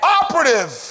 operative